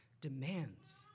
demands